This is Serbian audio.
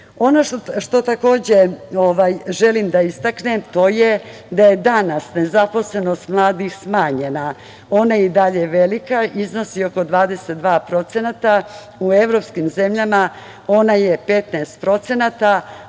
što želim da istaknem, to je da je danas nezaposlenost mladih smanjena. Ona je i dalje velika i iznosi oko 22%, u evropskim zemljama ona je 15%,